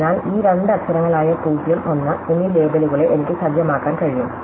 അതിനാൽ ഈ രണ്ട് അക്ഷരങ്ങളായ 0 1 എന്നീ ലേബലുകളെ എനിക്ക് സജ്ജമാക്കാൻ കഴിയും